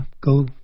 go